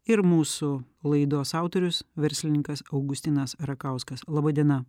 ir mūsų laidos autorius verslininkas augustinas rakauskas laba diena